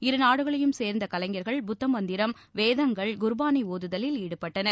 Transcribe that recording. இருநாடுகளையும் சேர்ந்த கலைஞர்கள் புத்த மந்திரம் வேதங்கள் குர்பாளி ஒதுதலில் ஈடுபட்டனர்